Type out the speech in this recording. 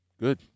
Good